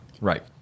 Right